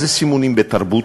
אז זה סימונים בתרבות,